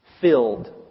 filled